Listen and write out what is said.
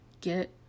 get